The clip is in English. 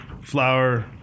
flour